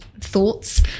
thoughts